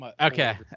Okay